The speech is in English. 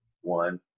One